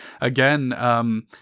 again